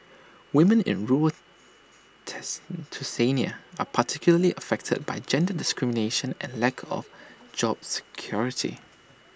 women in rule test Tunisia are particularly affected by gender discrimination and lack of job security